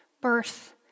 Birth